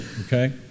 Okay